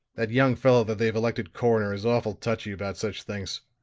that young fellow that they've elected coroner is awful touchy about such things.